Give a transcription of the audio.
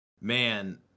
man